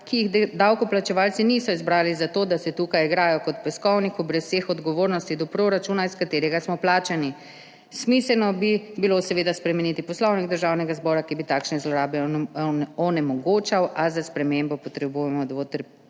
ki jih davkoplačevalci niso izbrali zato, da se tukaj igrajo kot v peskovniku brez vseh odgovornosti do proračuna, iz katerega smo plačani. Smiselno bi bilo seveda spremeniti Poslovnik Državnega zbora, ki bi takšne zlorabe onemogočal, a za spremembo potrebujemo